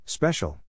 Special